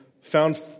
found